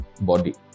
body